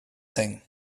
thing